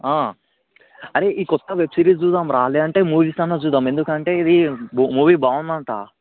అరే ఈ కొత్త వెబ్సిరీస్ చూద్దాం రా లేదంటే మూవీస్ అన్నా చూద్దాం ఎందుకంటే ఇది మూవీ బాగుంది అంట